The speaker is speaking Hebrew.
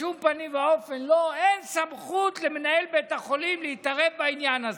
בשום פנים ואופן אין סמכות למנהל בית החולים להתערב בעניין הזה.